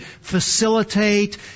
facilitate